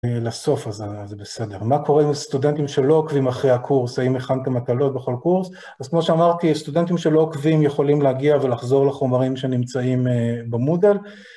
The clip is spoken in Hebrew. אה, לסוף אז זה.. זה בסדר, מה קורה עם הסטודנטים שלא עוקבים אחרי הקורס, האם הכנתם מטלות בכל קורס? אז כמו שאמרתי, סטודנטים שלא עוקבים יכולים להגיע ולחזור לחומרים שנמצאים אה... במודל.